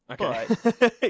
okay